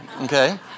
Okay